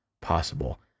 possible